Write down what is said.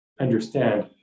understand